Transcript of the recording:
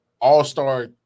all-star